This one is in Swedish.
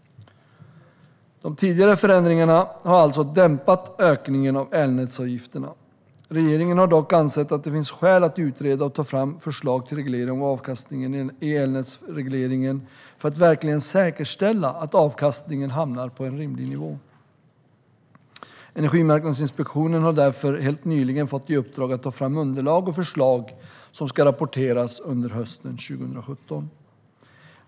De tidigare förändringarna har alltså dämpat ökningen av elnätsavgifterna. Regeringen har dock ansett att det finns skäl att utreda och ta fram förslag till reglering av avkastningen i elnätsregleringen, för att verkligen säkerställa att avkastningen hamnar på en rimlig nivå. Energimarknadsinspektionen har därför helt nyligen fått i uppdrag att ta fram underlag och förslag som ska rapporteras under hösten 2017.